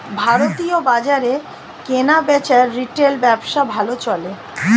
ভারতীয় বাজারে কেনাবেচার রিটেল ব্যবসা ভালো চলে